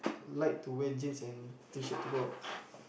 like to wear jeans and t-shirt to go out